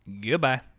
Goodbye